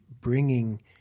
bringing